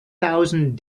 thousand